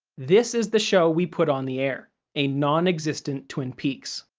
this is the show we put on the air a non-existent twin peaks.